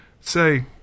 say